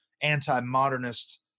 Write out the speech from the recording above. anti-modernist